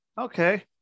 okay